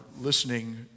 listening